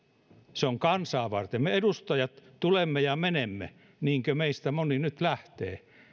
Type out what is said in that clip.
se on kansaa varten me edustajat tulemme ja menemme niin kuin meistä moni nyt lähtee